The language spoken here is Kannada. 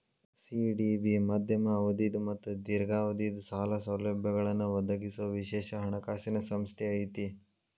ಸಿ.ಡಿ.ಬಿ ಮಧ್ಯಮ ಅವಧಿದ್ ಮತ್ತ ದೇರ್ಘಾವಧಿದ್ ಸಾಲ ಸೌಲಭ್ಯಗಳನ್ನ ಒದಗಿಸೊ ವಿಶೇಷ ಹಣಕಾಸಿನ್ ಸಂಸ್ಥೆ ಐತಿ